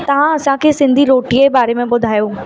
तव्हां असांखे सिंधी रोटीअ जे बारे में ॿुधायो